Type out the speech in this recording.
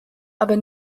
aber